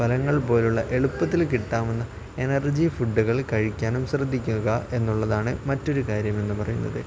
ഫലങ്ങൾ പോലുള്ള എളുപ്പത്തിൽ കിട്ടാവുന്ന എനർജി ഫുഡുകൾ കഴിക്കാനും ശ്രദ്ധിക്കുക എന്നുള്ളതാണ് മറ്റൊരു കാര്യമെന്ന് പറയുന്നത്